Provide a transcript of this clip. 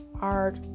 art